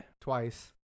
Twice